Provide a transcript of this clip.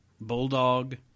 Bulldog